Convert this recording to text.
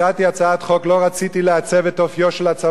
לא רציתי לעצב את אופיו של הצבא ושל המדינה,